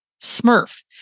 Smurf